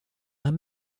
and